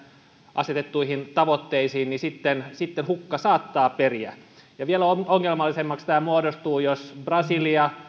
asetettuihin tavoitteisiin sitten sitten hukka saattaa periä vielä ongelmallisemmaksi tämä muodostuu jos brasilia